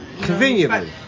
Conveniently